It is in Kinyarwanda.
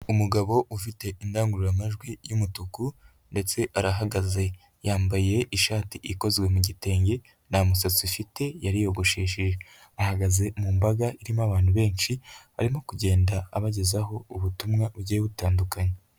Umugabo ufite indangururamajwi y'umutuku ndetse arahagaze, yambaye ishati ikozwe mu gitenge nta musatsi afite yariyogoshesheje ahagaze mu mbaga irimo abantu benshi arimo kugenda abagezaho ubutumwa bugiye butandukanye.